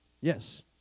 Yes